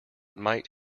might